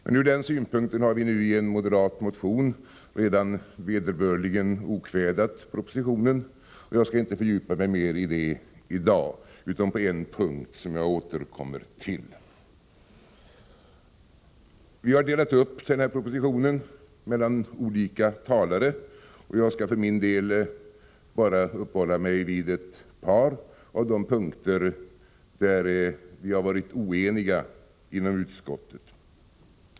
Från den synpunkten har vi i en moderat motion redan vederbörligen okvädat propositionen, varför jag inte skall fördjupa mig mera i dag, utom på en punkt som jag återkommer till. Vi har delat upp propositionen på olika talare, och för min del skall jag bara uppehålla mig vid ett par av de punkter där vi har varit oeniga inom utskottet.